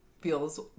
feels